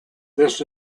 this